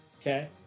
Okay